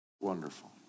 wonderful